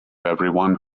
everyone